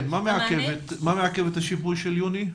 מה מעכב את השיפוי של יוני?